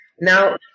Now